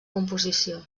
composició